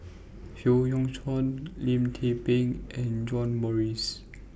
Howe Yoon Chong Lim Tze Peng and John Morrice